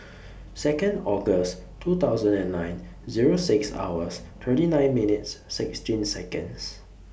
Second August two thousand and nine Zero six hours thirty nine minutes sixteen Seconds